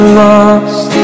lost